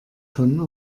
von